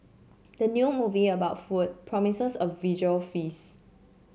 the new movie about food promises a visual feast